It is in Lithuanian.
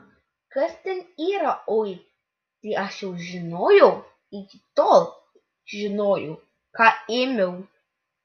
kad ten yra oi tai aš jau žinojau iki tol žinojau ką ėmiau